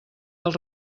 del